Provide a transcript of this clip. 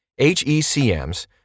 HECMs